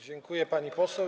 Dziękuję, pani poseł.